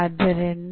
ಆದ್ದರಿಂದ